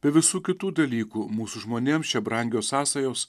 be visų kitų dalykų mūsų žmonėms čia brangios sąsajos